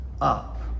up